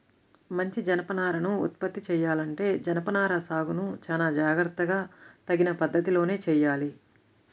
మంచి జనపనారను ఉత్పత్తి చెయ్యాలంటే జనపనార సాగును చానా జాగర్తగా తగిన పద్ధతిలోనే చెయ్యాలి